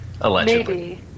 allegedly